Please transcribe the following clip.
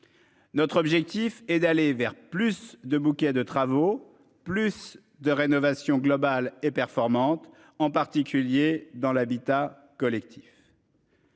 Notre objectif est d'aller vers plus de bouquets de travaux plus de rénovation globale et performante, en particulier dans l'habitat collectif.